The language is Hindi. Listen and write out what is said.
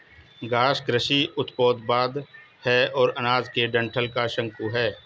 घास कृषि उपोत्पाद है और अनाज के डंठल का शंकु है